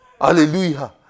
Hallelujah